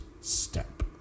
step